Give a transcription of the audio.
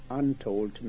untold